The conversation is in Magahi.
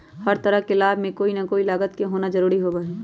हर तरह के लाभ में कोई ना कोई लागत के होना जरूरी होबा हई